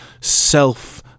self